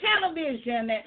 television